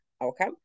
okay